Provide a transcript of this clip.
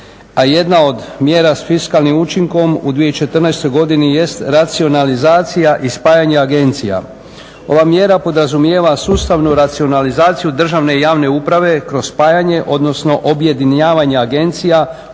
a jedna od mjera sa fiskalnim učinkom u 2014. godini jest racionalizacija i spajanje agencija. Ova mjera podrazumijeva sustavnu racionalizaciju državne i javne uprave kroz spajanje, odnosno objedinjavanje agencija,